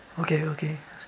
okay okay that's good